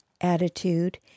attitude